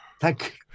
Thank